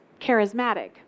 charismatic